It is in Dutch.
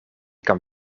kan